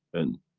and,